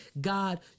God